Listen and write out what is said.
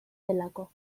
delako